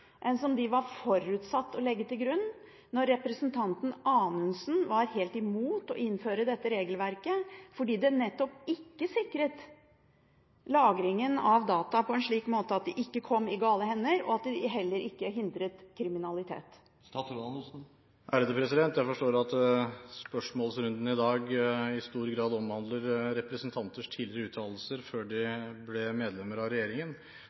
enn de som var forutsatt å ligge til grunn da representanten Anundsen var helt imot å innføre dette regelverket fordi det nettopp ikke sikret lagringen av data på en slik måte at de ikke kom i gale hender, og at det heller ikke hindret kriminalitet? Jeg forstår at spørsmålsrunden i dag i stor grad omhandler representanters tidligere uttalelser, før de ble medlemmer av regjeringen.